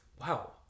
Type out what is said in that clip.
wow